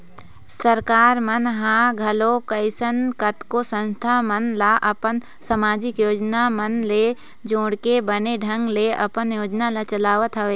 सरकार मन ह घलोक अइसन कतको संस्था मन ल अपन समाजिक योजना मन ले जोड़के बने ढंग ले अपन योजना ल चलावत हवय